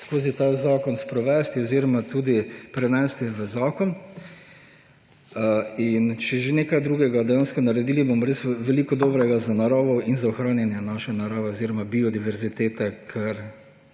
skozi ta zakona sprovesti oziroma tudi prenesti v zakon. Če že ne kaj drugega, bomo dejansko naredili veliko dobrega za naravo in za ohranjanje naše narave oziroma biodiverzitete. Kot